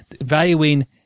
valuing